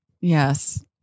Yes